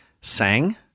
Sang